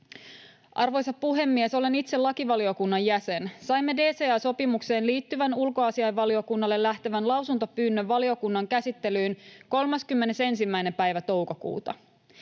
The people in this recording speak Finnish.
Arvoisa puhemies! Olen itse lakivaliokunnan jäsen. Saimme DCA-sopimukseen liittyvän ulkoasiainvaliokunnalle lähtevän lausuntopyynnön valiokunnan käsittelyyn 31.